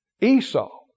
Esau